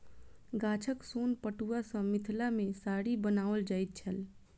गाछक सोन पटुआ सॅ मिथिला मे साड़ी बनाओल जाइत छल